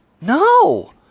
No